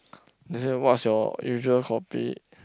they say what's your usual kopi